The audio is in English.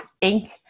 ink